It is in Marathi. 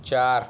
चार